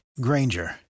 granger